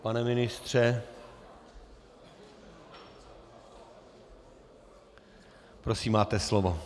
Pane ministře, prosím máte slovo.